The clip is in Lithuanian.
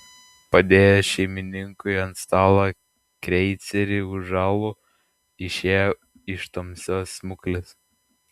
padėjęs šeimininkui ant stalo kreicerį už alų išėjo iš tamsios smuklės